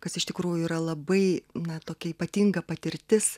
kas iš tikrųjų yra labai na tokia ypatinga patirtis